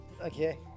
Okay